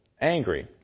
angry